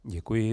Děkuji.